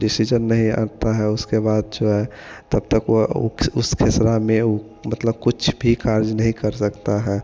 decision नहीं आता है उसके बाद जो है तब तक वा ऊ उस खेसरा में ऊ मतलब कुछ भी कार्ज नहीं कर सकता है